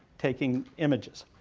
taking images.